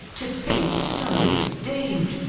to be so esteemed!